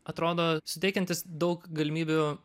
atrodo suteikiantis daug galimybių